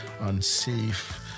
unsafe